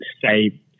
say